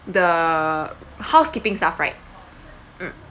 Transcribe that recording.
the housekeeping staff right mm